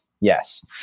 Yes